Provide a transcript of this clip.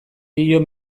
dio